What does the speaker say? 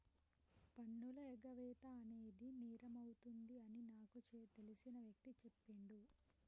పన్నుల ఎగవేత అనేది నేరమవుతుంది అని నాకు తెలిసిన వ్యక్తి చెప్పిండు